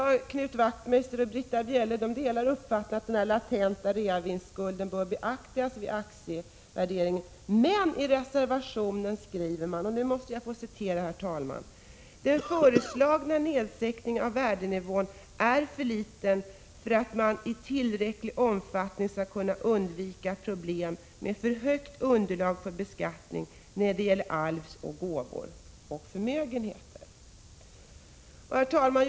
Knut Wachtmeister och Britta Bjelle delar uppfattningen att den latenta reavinstskulden bör beaktas vid aktievärderingen. Men i reservationen skriver man, och då måste jag få citera, herr talman: ”Den ——— föreslagna nedsättningen av värdenivån är —-- för liten för att man i tillräcklig omfattning skall kunna undvika problemen med ett för högt underlag för beskattningen när det gäller arv, gåva och förmögenhet.” Herr talman!